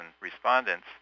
respondents